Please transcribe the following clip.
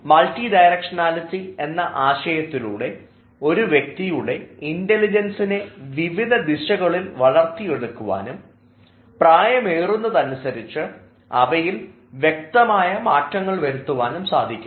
multi directionality എന്ന ആശയത്തിലൂടെ ഒരു വ്യക്തിയുടെ ഇൻറലിജൻസിനെ വിവിധ ദിശകളിൽ വളർത്തിയെടുക്കുവാനും പ്രായമേറുന്നത് അനുസരിച്ച് അവയിൽ വ്യക്തമായ മാറ്റങ്ങൾ വരുത്തുവാനും സാധിക്കും